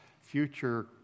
future